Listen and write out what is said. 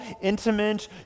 intimate